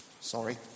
Sorry